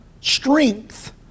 strength